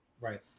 right